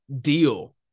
deal